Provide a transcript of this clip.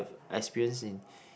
experience in